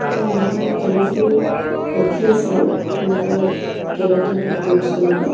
অঁ মই গনেশগুৰিত ৰখি আছিলোঁ আপোনালোকৰ কেব এটা বুক কৰিছিলোঁ মানে